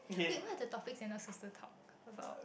wait what are the topics you're not suppose to talk about